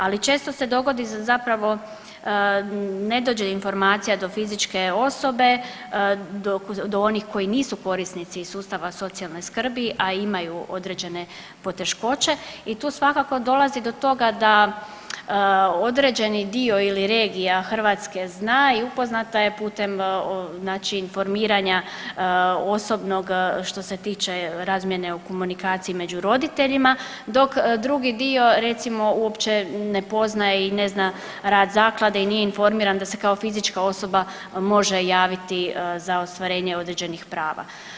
Ali često se dogodi da zapravo ne dođe informacija do fizičke osobe do onih koji nisu korisnici sustava socijalne skrbi, a imaju određene poteškoće i tu svakako dolazi do toga da određeni dio ili regija Hrvatska zna i upoznata je putem znači informiranja osobnog što se tiče razmjene u komunikaciji među roditeljima, dok drugi dio recimo uopće ne poznaje i ne zna rad zaklade i nije informiran da se kao fizička osoba može javiti za ostvarenje određenih prava.